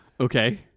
Okay